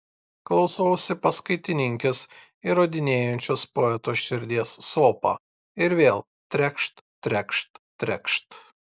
klausausi paskaitininkės įrodinėjančios poeto širdies sopą ir vėl trekšt trekšt trekšt